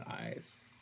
eyes